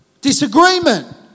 Disagreement